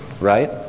right